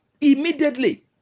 immediately